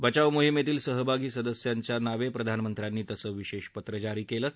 बचाव मोहिमेतील सहभागी सदस्यांच्या नावं प्रधानमंत्र्यांनी तसे विशेष पत्र जारी केलं आहे